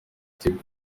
tigo